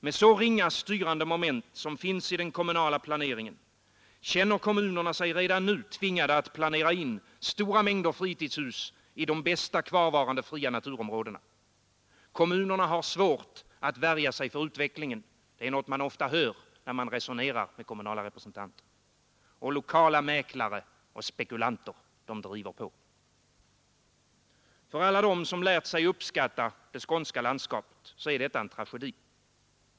Med så ringa styrande moment som finns i den kommunala planeringen, känner kommunerna sig redan nu tvingade att planera in stora mängder fritidshus i de bästa kvarvarande fria naturområdena. Kommunerna har svårt att värja sig för utvecklingen — det är något man ofta hör när man resonerar med kommunala representanter. Och lokala mäklare och spekulanter driver på. För alla dem som lärt sig uppskatta det skånska landskapet är detta en tragedi.